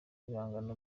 ibihangano